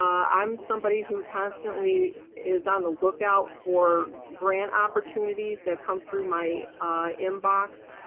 um i'm somebody who constantly is on the lookout for grant opportunities that come through my inbox.